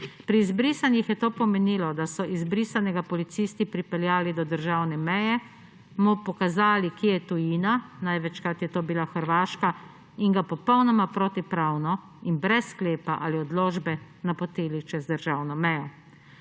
Pri izbrisanih je to pomenilo, da so izbrisanega policisti pripeljali do državne meje, mu pokazali, kje je tujina, največkrat je to bila Hrvaška, in ga popolnoma protipravno in brez sklepa ali odločbe napodili čez državno mejo.